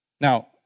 Now